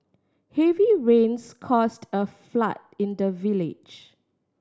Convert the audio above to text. heavy rains caused a flood in the village